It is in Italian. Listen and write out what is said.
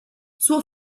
suo